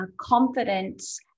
confidence